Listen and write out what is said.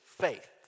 faith